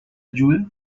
ayuda